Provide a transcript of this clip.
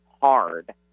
hard